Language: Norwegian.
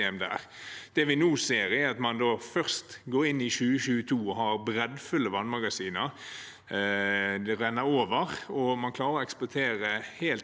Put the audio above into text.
Det vi nå ser, er at man først går inn i 2022 med breddfulle vannmagasiner – det renner over – før man klarer å eksportere helt